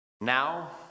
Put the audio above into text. now